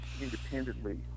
independently